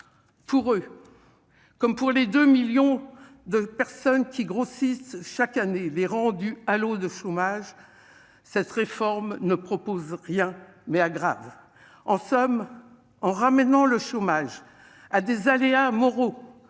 pour eux comme pour les 2 millions de personnes qui grossissent chaque année les rendu à long de chômage, cette réforme ne propose rien, mais grave en somme en ramenant le chômage à des aléas Moreau